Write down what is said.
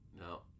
No